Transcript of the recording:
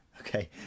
okay